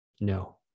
No